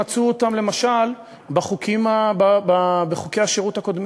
שמצאו אותן למשל בחוקי השירות הקודמים: